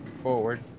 Forward